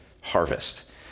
harvest